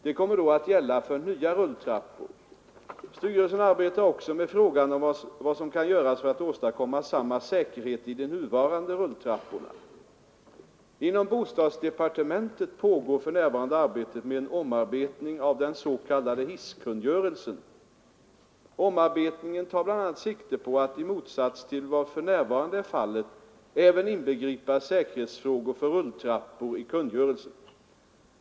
De kommer då att gälla för nya rulltrappor. Styrelsen arbetar också med frågan om vad som kan göras för att åstadkomma samma säkerhet i de nuvarande rulltrapporna. Inom bostadsdepartementet pågår för närvarande arbetet med en omarbetning av den s.k. hisskungörelsen. Omarbetningen tar bl.a. sikte på att i motsats till vad för närvarande är fallet även inbegripa säkerhetsfrågor för rulltrappor i kungörelsen.